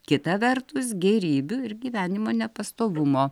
kita vertus gėrybių ir gyvenimo nepastovumo